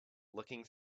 looking